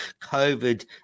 COVID